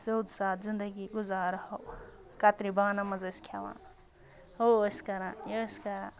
سیوٚد سادٕ زِندگی گُزارٕہَو کَترِو بانَن منٛز ٲسۍ کھٮ۪وان ہُہ ٲسۍ کَران یہِ ٲسۍ کَران